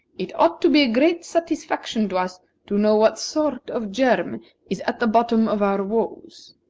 it ought to be a great satisfaction to us to know what sort of germ is at the bottom of our woes.